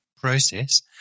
process